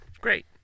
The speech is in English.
great